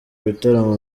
ibitaramo